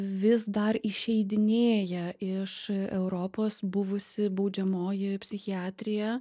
vis dar išeidinėja iš europos buvusi baudžiamoji psichiatrija